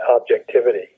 objectivity